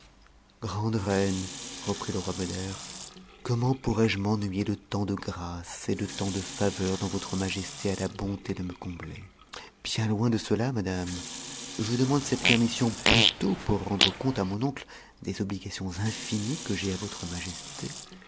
grande reine reprit le roi beder comment pourrais-je m'enauyer de tant de grâces et de tant de faveurs dont votre majesté a la bonté de me combler bien loin de cela madame je demande cette permission plutôt pour rendre compte à mon oncle des obligations infinies que j'ai à voire majesté